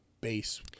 base